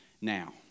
now